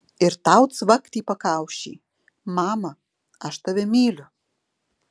ir tau cvakt į pakaušį mama aš tave myliu